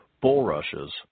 bulrushes